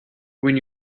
when